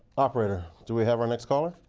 operator, do we have our next call.